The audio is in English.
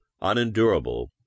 unendurable